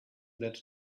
that